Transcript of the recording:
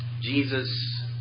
Jesus